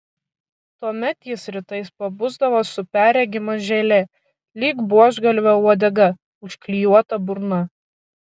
tuomet jis rytais pabusdavo su perregima želė lyg buožgalvio uodega užklijuota burna